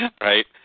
Right